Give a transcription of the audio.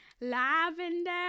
Lavender